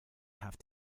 have